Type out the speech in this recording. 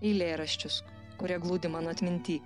eilėraščius kurie glūdi mano atminty